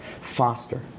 foster